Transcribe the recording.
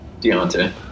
Deontay